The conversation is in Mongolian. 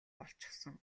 болчихсон